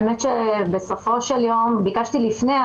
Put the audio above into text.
בסופו של יום ביקשתי לפני,